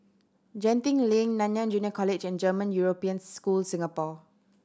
Genting Lane Nanyang Junior College and German European School Singapore